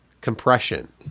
compression